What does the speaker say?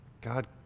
God